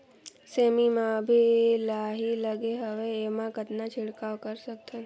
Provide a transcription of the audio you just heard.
सेमी म अभी लाही लगे हवे एमा कतना छिड़काव कर सकथन?